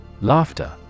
Laughter